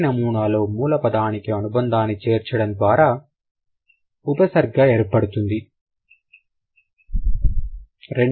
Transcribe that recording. మొదటి నమూనాలో మూల పదానికి అనుబంధాన్ని చేర్చడం ద్వారా ఉపసర్గ ఏర్పడుతుంది